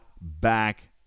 back